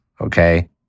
Okay